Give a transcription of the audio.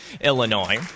Illinois